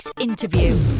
interview